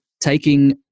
taking